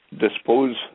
dispose